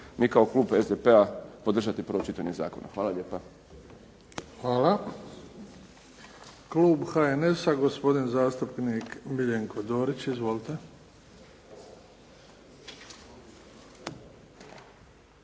mi kao klub SDP-a podržati prvo čitanje zakona. Hvala lijepa. **Bebić, Luka (HDZ)** Hvala. Klub HNS-a, gospodin zastupnik Miljenko Dorić. Izvolite.